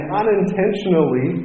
unintentionally